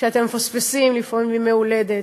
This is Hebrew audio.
אתם מפספסים לפעמים ימי הולדת,